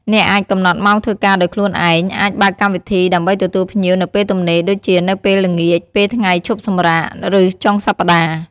អ្នកអាចកំណត់ម៉ោងធ្វើការដោយខ្លួនឯង អាចបើកកម្មវិធីដើម្បីទទួលភ្ញៀវនៅពេលទំនេរដូចជានៅពេលល្ងាច ពេលថ្ងៃឈប់សម្រាក ឬចុងសប្តាហ៍។